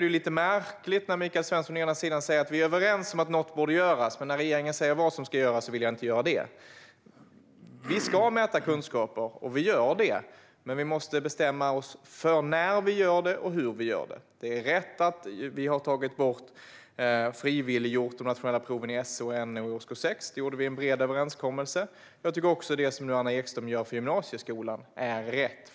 Därför är det märkligt att Michael Svensson säger att vi är överens om att något bör göras, men när regeringen säger vad som ska göras vill inte Michael Svensson att just det ska göras. Vi ska mäta kunskaper, och det gör vi. Men vi måste bestämma oss för när och hur vi gör det. Det stämmer att vi, genom en bred överenskommelse, har frivilliggjort de nationella proven i SO och NO i årskurs 6. Och jag tycker att det som Anna Ekström nu gör för gymnasieskolan är rätt.